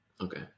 Okay